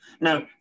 Now